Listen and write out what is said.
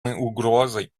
остается